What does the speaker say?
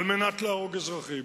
על מנת להרוג אזרחים,